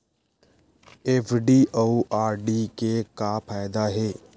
FD अउ RD के का फायदा हे?